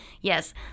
yes